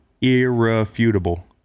Irrefutable